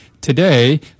today